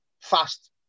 fast